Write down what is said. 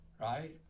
right